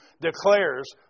declares